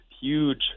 huge